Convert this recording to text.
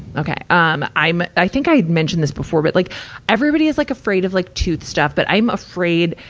okay. um i'm, i think i had mentioned this before, but like everybody is like afraid of like tooth stuff. but i'm afraid,